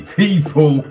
people